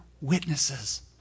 witnesses